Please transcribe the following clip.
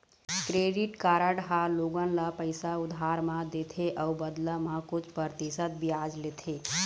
credit card ह लोगन ल पइसा उधार म देथे अउ बदला म कुछ परतिसत बियाज लेथे